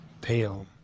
Pale